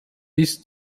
bis